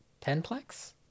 Tenplex